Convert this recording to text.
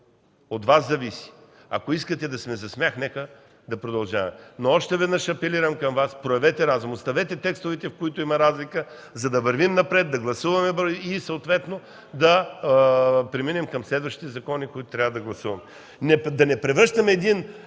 от Вас зависи. Ако искате да сме за смях, нека да продължава. Още веднъж апелирам към Вас – проявете разум, оставете текстовете, в които има разлика, за да вървим напред, да гласуваме и съответно да преминем към следващите законопроекти, които трябва да гласуваме. СТАНИСЛАВ ИВАНОВ